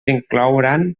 inclouran